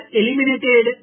eliminated